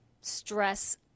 stress